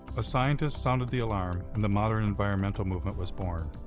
a scientist sounded the alarm and the modern environmental movement was born.